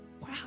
Wow